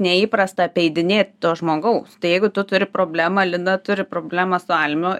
neįprasta apeidinėt to žmogaus tai jeigu tu turi problemą lina turi problemą su almiu